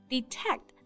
Detect